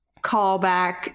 callback